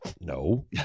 no